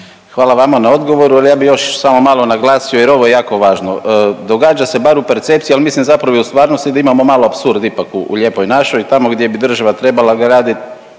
Hvala vama na odgovoru, ali ja bi još samo malo naglasio jer ovo je jako važno. Događa se bar u percepciji, al mislim zapravo i u stvarnosti da imamo malo apsurd ipak u Lijepoj našoj tamo gdje bi država trebala gradit